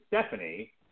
Stephanie